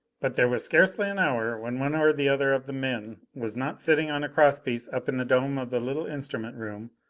but there was scarcely an hour when one or the other of the men was not sitting on a cross-piece up in the dome of the little instrument room,